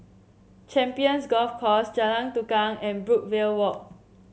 Champions Golf Course Jalan Tukang and Brookvale Walk